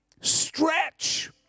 stretch